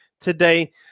today